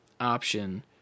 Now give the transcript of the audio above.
option